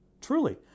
truly